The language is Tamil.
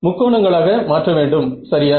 முக்கோணங்களாக மாற்ற வேண்டும் சரியா